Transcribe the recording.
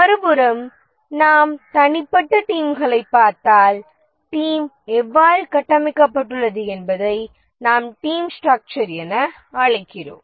மறுபுறம் நாம் தனிப்பட்ட டீம்களை பார்த்தால் டீம் எவ்வாறு கட்டமைக்கப்பட்டுள்ளது என்பதை நாம் டீம் ஸ்ட்ரக்ச்சர் என அழைக்கிறோம்